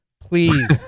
Please